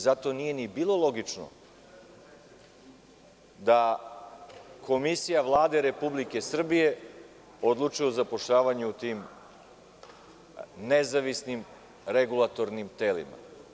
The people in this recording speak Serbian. Zato nije ni bilo logično da Komisija Vlade Republike Srbije odlučuje o zapošljavanju u tim nezavisnim regulatornim telima.